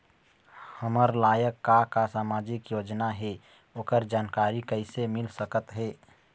हमर लायक का का सामाजिक योजना हे, ओकर जानकारी कइसे मील सकत हे?